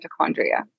mitochondria